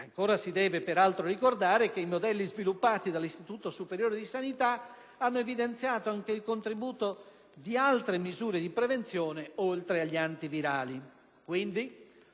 Si deve, peraltro, ricordare che i modelli sviluppati dall'Istituto superiore di sanità hanno evidenziato anche il contributo di altre misure di prevenzione oltre agli antivirali.